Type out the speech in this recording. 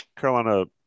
Carolina